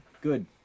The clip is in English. good